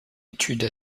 étude